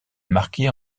marqué